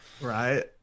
Right